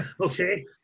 Okay